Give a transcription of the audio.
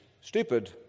stupid